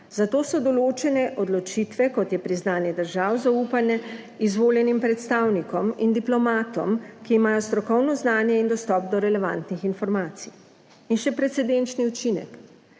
zato so določene odločitve, kot je priznanje držav, zaupane izvoljenim predstavnikom in diplomatom, ki imajo strokovno znanje in dostop do relevantnih informacij. In še precedenčni učinek.